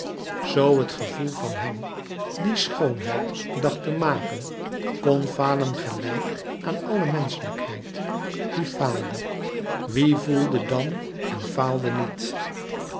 zoo het gevoel van hem die schoonheid dacht te maken kon falen gelijk aan alle menschelijkheid die faalde wie voelde dan en faalde niet